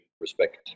respect